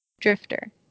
Drifter